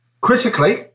Critically